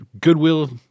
goodwill